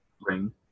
ring